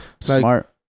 smart